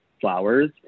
flowers